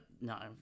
No